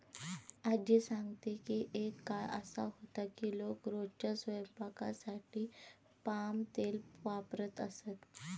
आज्जी सांगते की एक काळ असा होता की लोक रोजच्या स्वयंपाकासाठी पाम तेल वापरत असत